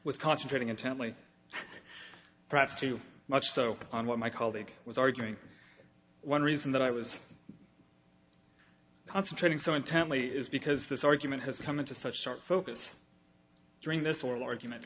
was concentrating intently perhaps too much so on what my colleague was arguing one reason that i was concentrating so intently is because this argument has come into such stark focus during this oral argument